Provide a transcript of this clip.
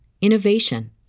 innovation